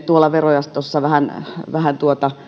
tuolla verojaostossa vähän vähän